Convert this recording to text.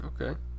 okay